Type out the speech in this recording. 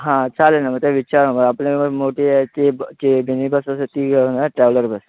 हां चालेल ना मग ते विचार मग आपल्याला मग मोठी याची ब चे मिनी बस असेल ती घेऊन ट्रॅवलर बस